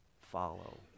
follow